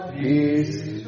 peace